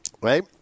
right